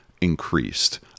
increased